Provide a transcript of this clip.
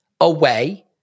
away